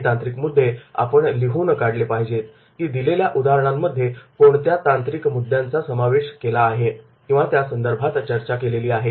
हे तांत्रिक मुद्दे आपण लिहून काढले पाहिजेत की दिलेल्या उदाहरणांमध्ये कोणत्या तांत्रिक मुद्द्यांचा समावेश केला आहे किंवा त्या संदर्भात चर्चा केलेली आहे